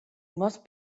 must